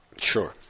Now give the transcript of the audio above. Sure